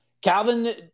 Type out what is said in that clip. Calvin